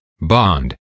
bond